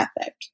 ethic